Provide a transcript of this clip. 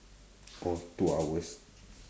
oh two hours